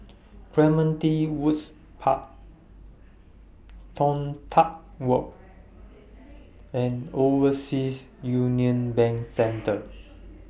Clementi Woods Park Toh Tuck Walk and Overseas Union Bank Centre